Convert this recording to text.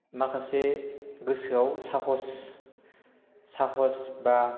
माखासे गोसोआव साहस साहस बा